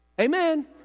Amen